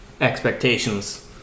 expectations